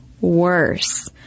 worse